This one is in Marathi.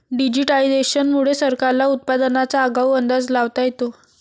डिजिटायझेशन मुळे सरकारला उत्पादनाचा आगाऊ अंदाज लावता येतो